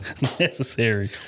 necessary